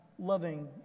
loving